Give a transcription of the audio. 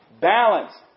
balance